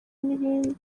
n’ibindi